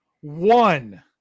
one